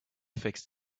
fixed